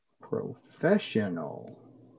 Professional